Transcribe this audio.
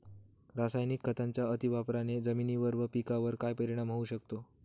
रासायनिक खतांच्या अतिवापराने जमिनीवर व पिकावर काय परिणाम होऊ शकतो?